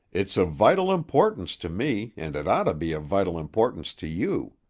it's of vital importance to me and it ought to be of vital importance to you.